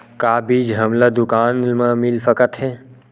का बीज हमला दुकान म मिल सकत हे?